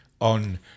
on